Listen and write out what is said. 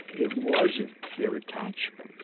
it wasn't their attachment.